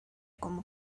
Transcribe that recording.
como